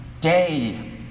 day